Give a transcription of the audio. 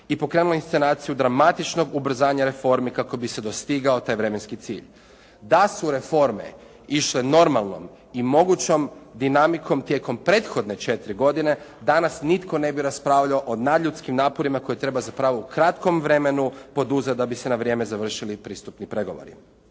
i pokrenula inscenaciju dramatičnog ubrzanja reformi kako bi se dostigao taj vremenski cilj. Da su reforme išle normalnom i mogućom dinamikom tijekom prethodne 4 godine, danas nitko ne bi raspravljao o nadljudskim naporima koje treba zapravo u kratkom vremenu poduzeti da bi se na vrijeme završili pristupni pregovori.